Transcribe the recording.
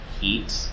heat